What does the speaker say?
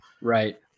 Right